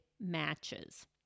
matches